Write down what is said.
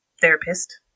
therapist